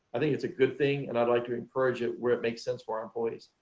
i think it's a good thing and i'd like to encourage it where it makes sense for our employees.